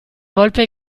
volpe